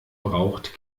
braucht